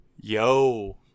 Yo